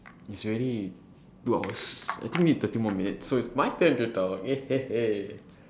it's already two hours I think need thirty more minutes so it's my turn to talk